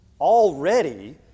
already